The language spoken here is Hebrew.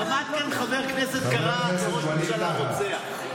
עמד כאן חבר כנסת וקרא לראש ממשלה רוצח.